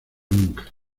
nunca